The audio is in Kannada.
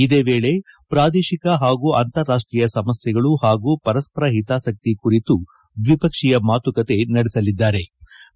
ಇದೇ ವೇಳೆ ಪ್ರಾದೇಶಿಕ ಹಾಗೂ ಅಂತಾರಾಷ್ಷೀಯ ಸಮಸ್ನೆಗಳ ಹಾಗೂ ಪರಸ್ತರ ಹಿತಾಸಕ್ತಿ ಕುರಿತು ದ್ವಿಪಕ್ಷೀಯ ಮಾತುಕತೆ ನಡೆಸಲಿದ್ಲಾರೆ